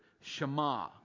shema